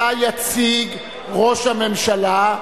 שאותה יציג ראש הממשלה,